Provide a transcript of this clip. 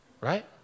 right